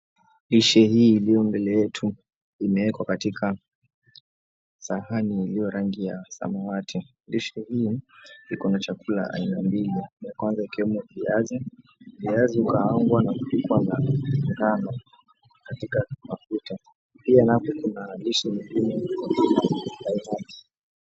Lishe hii iliyo mbele yetu imewekwa katika sahani iliyo rangi ya samawati. Lishe hii iko na chakula aina mbili. Ya kwanza ikiwemo viazi, viazi hukaangwa na kupikwa na ngano. Pia hapo kuna lisha nyingine.